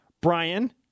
Brian